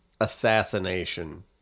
Assassination